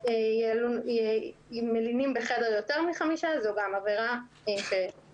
אם מלינים בחדר יותר מחמישה זה גם עבירה מנהלית.